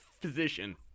physician